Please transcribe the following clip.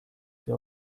sie